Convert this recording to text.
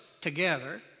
together